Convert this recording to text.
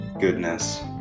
goodness